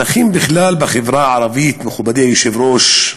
הנכים בכלל, בחברה הערבית, מכובדי היושב-ראש,